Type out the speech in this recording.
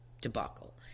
debacle